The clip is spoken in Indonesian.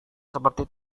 seperti